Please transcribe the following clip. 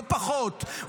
לא פחות,